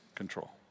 control